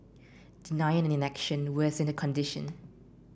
denial and inaction worsened condition